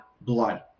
blood